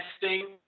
testing